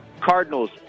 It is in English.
Cardinals